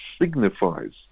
signifies